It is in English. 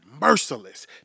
merciless